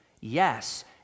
Yes